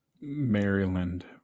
Maryland